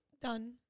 done